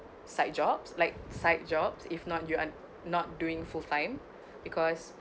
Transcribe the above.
side jobs like side jobs if not you are not doing full-time because